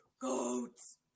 goats